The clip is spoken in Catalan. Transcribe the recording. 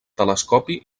telescopi